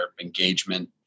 engagement